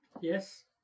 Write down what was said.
Yes